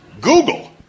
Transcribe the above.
Google